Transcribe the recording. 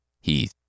He